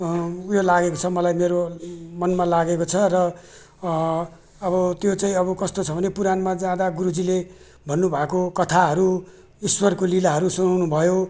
उयो लागेको छ मलाई मेरो मनमा लागेको छ र अब त्यो चाहिँ अब कस्तो छ भने पुराणमा जाँदा गुरुजीले भन्नुभएको कथाहरू ईश्वरको लीलाहरू सुनाउनुभयो